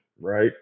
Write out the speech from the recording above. Right